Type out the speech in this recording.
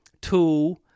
Tool